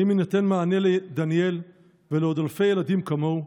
האם יינתן מענה לדניאל ולעוד אלפי ילדים כמוהו?